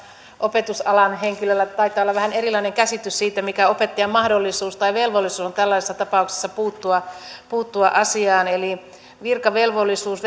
opetusalan henkilöllä taitaa olla vähän erilainen käsitys siitä mikä opettajan mahdollisuus tai velvollisuus on tällaisissa tapauksissa puuttua puuttua asiaan eli virkavelvollisuus